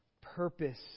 purpose